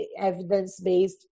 evidence-based